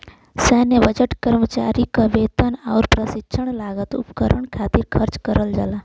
सैन्य बजट कर्मचारी क वेतन आउर प्रशिक्षण लागत उपकरण खातिर खर्च करल जाला